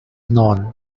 known